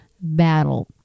battle